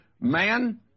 man